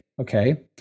okay